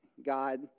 God